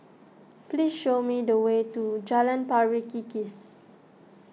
please show me the way to Jalan Pari Kikis